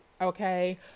okay